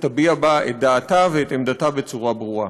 תביע בה את דעתה ואת עמדתה בצורה ברורה.